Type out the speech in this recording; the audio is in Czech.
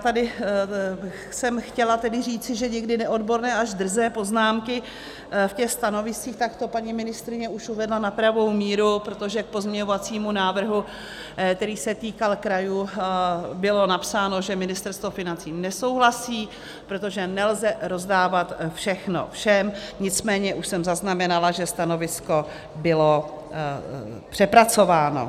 Tady jsem chtěla tedy říci, že někdy neodborné až drzé poznámky v těch stanoviscích, tak to už paní ministryně uvedla na pravou míru, protože k pozměňovacímu návrhu, který se týkal krajů, bylo napsáno, že Ministerstvo financí nesouhlasí, protože nelze rozdávat všechno všem, nicméně už jsem zaznamenala, že stanovisko bylo přepracováno.